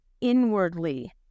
inwardly